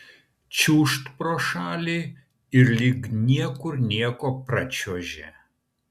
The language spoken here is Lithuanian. čiūžt pro šalį ir lyg niekur nieko pračiuoži